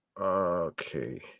okay